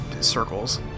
circles